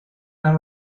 that